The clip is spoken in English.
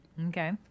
Okay